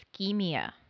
ischemia